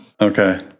Okay